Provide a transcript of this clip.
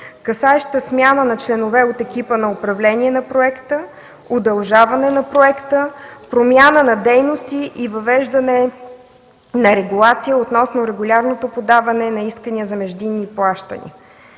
касаещи смяна на членове от екипа за управление на проекта, удължаване на проекта, промяна на дейности и въвеждане на регулация относно регулярното подаване на искания за междинни плащания.